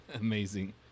amazing